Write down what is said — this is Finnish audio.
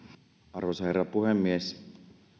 arvoisa herra puhemies